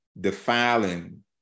defiling